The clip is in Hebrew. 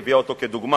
היא הביאה אותו כדוגמה